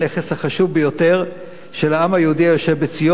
החשוב ביותר של העם היהודי היושב בציון,